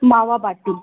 मावाबाटी